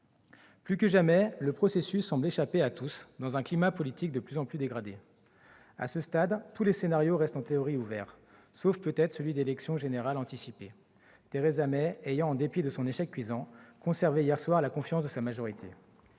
Plus que jamais, le processus semble échapper à tous, dans un climat politique de plus en plus dégradé. À ce stade, tous les scénarios restent en théorie ouverts, sauf peut-être celui d'élections générales anticipées, Theresa May ayant, en dépit de son échec cuisant, conservé hier soir la confiance de sa majorité.